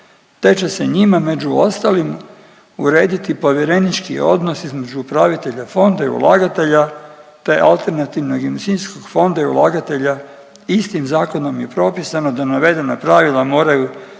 te će se njima među ostalim urediti povjerenički odnos između upravitelja fonda i ulagatelja te alternativnog investicijskog fonda i ulagatelja, istim zakonom je propisano da navedena pravila moraju